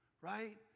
right